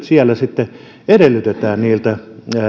siellä sitten edellytetään niiltä